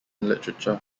literature